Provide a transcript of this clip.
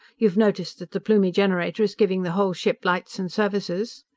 you've noticed that the plumie generator is giving the whole ship lights and services?